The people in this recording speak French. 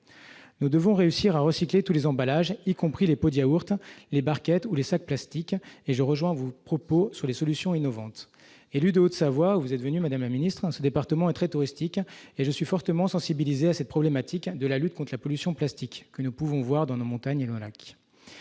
nous devons réussir à recycler tous les emballages, y compris les pot d'yaourt les barquettes ou les sacs plastique et je rejoins vos propos sur les solutions innovantes, élu de Haute-Savoie, vous êtes venue madame la ministre, ce département est très touristique et je suis fortement sensibilisé à cette problématique de la lutte contre la pollution plastique que nous pouvons voir dans nos montagnes et le lac,